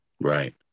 Right